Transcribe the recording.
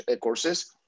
courses